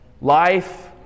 Life